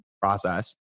process